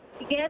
yes